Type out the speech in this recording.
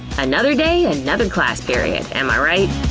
another day, and another class period, am i right?